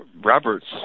Roberts